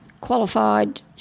qualified